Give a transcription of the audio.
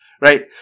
right